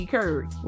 Curry